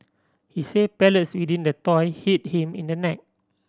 he said pellets within the toy hit him in the neck